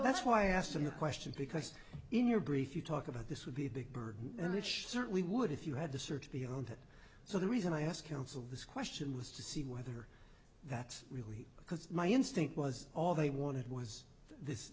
that's why i asked them the question because in your brief you talk about this would be a big burden and which certainly would if you had to search beyond that so the reason i ask counsel this question was to see whether that's really because my instinct was all they wanted was this